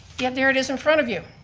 yet there it is in front of you.